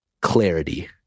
clarity